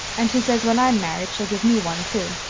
and she says when i am married she'll give me one, too.